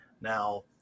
Now